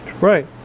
Right